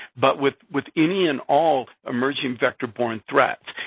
but with with any and all emerging vector-borne threats.